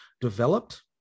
developed